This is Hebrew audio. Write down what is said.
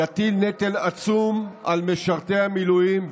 יטיל נטל עצום על משרתי המילואים,